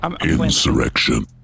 Insurrection